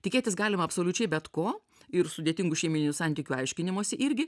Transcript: tikėtis galima absoliučiai bet ko ir sudėtingų šeimyninių santykių aiškinimosi irgi